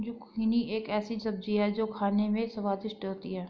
zucchini एक ऐसी सब्जी है जो खाने में स्वादिष्ट होती है